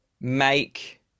make